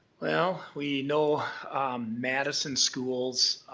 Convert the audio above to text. well, we know madison schools